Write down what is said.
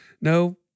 No